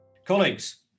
Colleagues